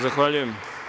Zahvaljujem.